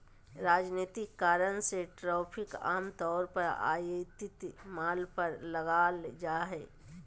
राजनीतिक कारण से टैरिफ आम तौर पर आयातित माल पर लगाल जा हइ